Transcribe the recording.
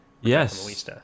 Yes